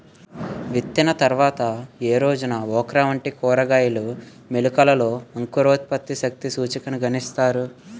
విత్తిన తర్వాత ఏ రోజున ఓక్రా వంటి కూరగాయల మొలకలలో అంకురోత్పత్తి శక్తి సూచికను గణిస్తారు?